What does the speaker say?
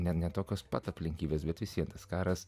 ne tokios pat aplinkybės bet visiems tas karas